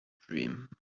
dream